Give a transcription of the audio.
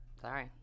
Sorry